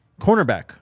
Cornerback